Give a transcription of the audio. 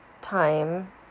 time